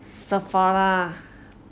Sephora